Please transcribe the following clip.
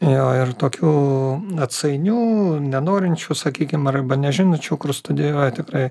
jo ir tokių atsainių nenorinčių sakykim arba nežinančių kur studijuoja tikrai